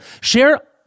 share